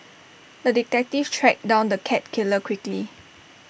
the detective tracked down the cat killer quickly